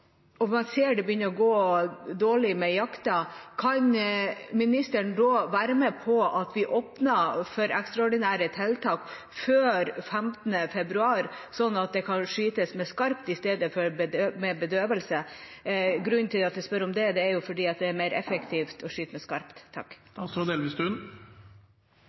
og man ser at det begynner å gå dårlig med jakten, kan statsråden da være med på at vi åpner for ekstraordinære tiltak før 15. februar, slik at det kan skytes med skarpt i stedet for med bedøvelse? Grunnen til at jeg spør om det, er at det er mer effektivt å skyte med skarpt.